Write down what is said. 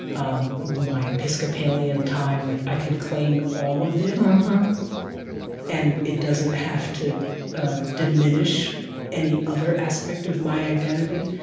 um my episcopalian time. like i can claim all of it, and and it doesn't have to diminish any other aspect of my identity.